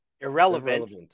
Irrelevant